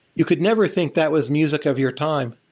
you could never think that was music of your time.